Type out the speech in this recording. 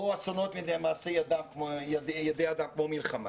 או אסונות מעשה ידי אדם, כמו מלחמה